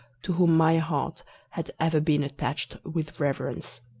to whom my heart had ever been attached with reverence.